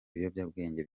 ibiyobyabwenge